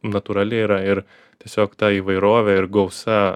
natūrali yra ir tiesiog ta įvairovė ir gausa